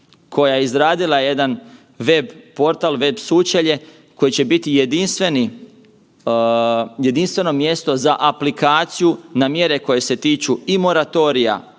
koja je izradila jedan web portal, web sučelje koje će biti jedinstveno mjesto za aplikaciju na mjere koje se tiču i moratorija